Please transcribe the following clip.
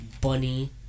bunny